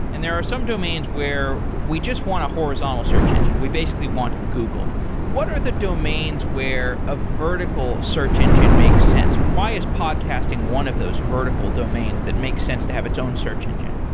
and there are some domains where we just want a horizontal search engine. we basically want google. what are the domains where a vertical search engine makes sense? why is podcasting one of those vertical domains that makes sense to have its own search engine?